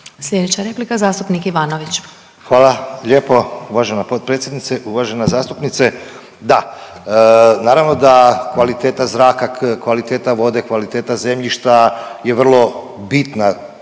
Slijedeća replika zastupnik Ivanović. **Ivanović, Goran (HDZ)** Hvala lijepo uvažena potpredsjednice. Uvažena zastupnice, da naravno da kvaliteta zraka, kvaliteta vode, kvaliteta zemljišta je vrlo bitna